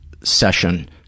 session